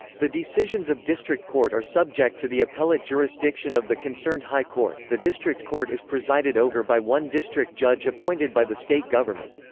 the decisions of district court are subject to the appellate jurisdiction of the concerned high court the district court is presided over by one district judge appointed by the state government.